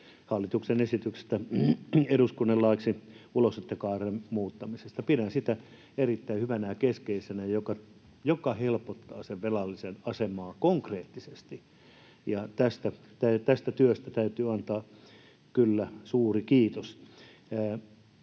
hallituksen esityksen eduskunnalle laiksi ulosottokaaren muuttamisesta. Pidän sitä erittäin hyvänä ja keskeisenä esityksenä, joka helpottaa velallisen asemaa konkreettisesti, ja tästä työstä täytyy antaa kyllä suuri kiitos.